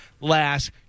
last